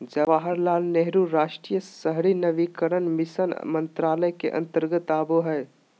जवाहरलाल नेहरू राष्ट्रीय शहरी नवीनीकरण मिशन मंत्रालय के अंतर्गत आवो हय